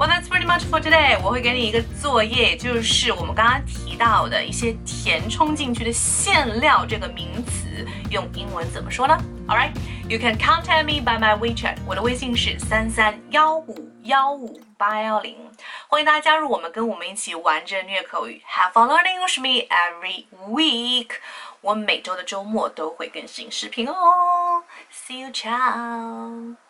Well, that's pretty much for today.我会给你一个作业，就是我们刚刚提到的一些填充进去的馅料这个名词，用英文怎么说呢？All right. You can contact me by my WeChat.我的微信是331515810。欢迎大家加入我们，跟我们一起玩着虐口语。Have fun learning with me every week.我每周的周末都会更新视频哦。See you, ciao.